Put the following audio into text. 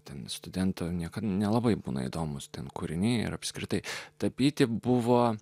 ten studento niekam nelabai būna įdomūs ten kūriniai ir apskritai tapyti buvo